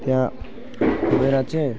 त्यहाँ गएर चाहिँ